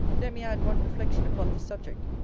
let me add one reflection upon this subject,